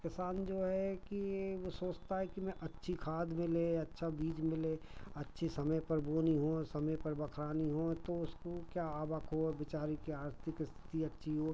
किसान जो है कि वो सोचता है कि में अच्छी खाद मिले अच्छा बीज मिले अच्छी समय पर बोनी हो और समय पर बखरानी हो तो उसको क्या आवक होगा बेचारे की आर्थिक स्थिति अच्छी हो